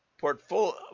portfolio